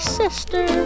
sister